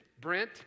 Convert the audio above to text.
Brent